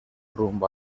rumbo